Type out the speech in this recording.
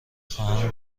خواهم